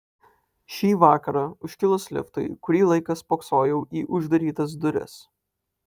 šį vakarą užkilus liftui kurį laiką spoksojau į uždarytas duris